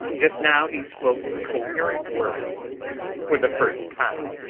just now he spoke coherent words for the first time